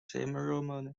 ceremony